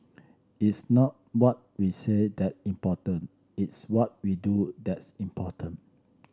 it's not what we say that important it's what we do that's important